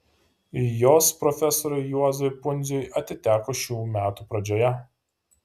jos profesoriui juozui pundziui atiteko šių metų pradžioje